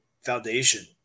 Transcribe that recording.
foundation